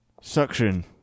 Suction